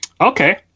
Okay